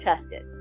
tested